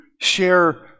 share